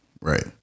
right